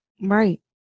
Right